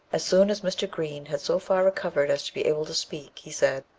as soon as mr. green had so far recovered as to be able to speak, he said,